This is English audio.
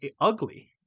ugly